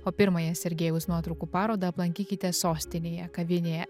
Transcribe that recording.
o pirmąją sergejaus nuotraukų parodą aplankykite sostinėje kavinėje